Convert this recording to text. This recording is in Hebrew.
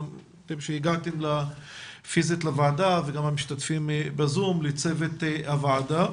אלה שהגיעו פיזית לוועדה וגם למשתתפים בזום ולצוות הוועדה.